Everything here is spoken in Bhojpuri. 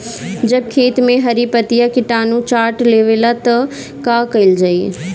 जब खेत मे हरी पतीया किटानु चाट लेवेला तऽ का कईल जाई?